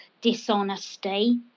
dishonesty